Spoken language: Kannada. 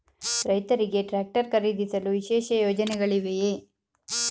ರೈತರಿಗೆ ಟ್ರಾಕ್ಟರ್ ಖರೀದಿಸಲು ವಿಶೇಷ ಯೋಜನೆಗಳಿವೆಯೇ?